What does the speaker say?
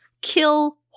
kill